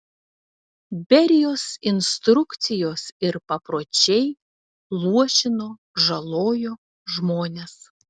berijos instrukcijos ir papročiai luošino žalojo žmones